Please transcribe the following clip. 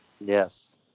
yes